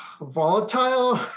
volatile